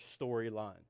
storyline